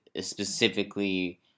specifically